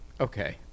Okay